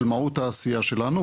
של מהות העשייה שלנו,